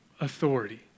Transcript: authority